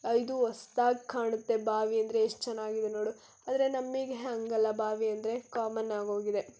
ಇದು ಹೊಸ್ದಾಗ್ ಕಾಣುತ್ತೆ ಬಾವಿ ಅಂದರೆ ಎಷ್ಟು ಚೆನ್ನಾಗಿದೆ ನೋಡು ಆದರೆ ನಮಗೆ ಹಾಂಗಲ್ಲ ಬಾವಿ ಅಂದರೆ ಕಾಮನ್ ಆಗೋಗಿದೆ